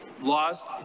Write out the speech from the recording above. Lost